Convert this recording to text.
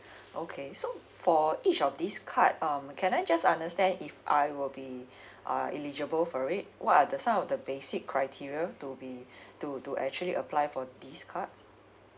okay so for each of this card um can I just understand if I were be uh illegible for it what are the some of the basic criteria to be to to actually apply for these cards